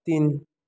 तिन